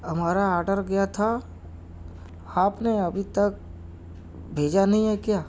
ہمارا آرڈر گیا تھا آپ نے ابھی تک بھیجا نہیں ہے کیا